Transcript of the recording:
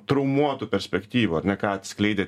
traumuotų perspektyvų ar ne ką atskleidė